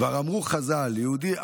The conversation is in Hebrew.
כבר אמרו חז"ל: "יהודי,